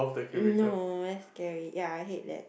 uh no that's scary ya I hate that